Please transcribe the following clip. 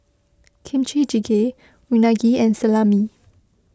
Kimchi Jjigae Unagi and Salami